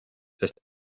sest